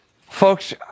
folks